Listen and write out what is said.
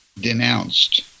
Denounced